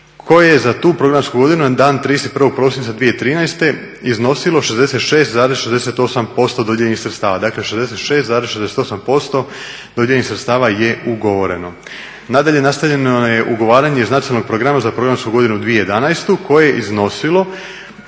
koje za tu programsku godinu na 31. prosinca 2013. iznosilo 66,68% dodijeljenih sredstava, dakle 66,68% dodijeljenih sredstava je ugovoreno. Nadalje nastavljeno je ugovaranje … programa za programsku godinu 2011. koje je iznosilo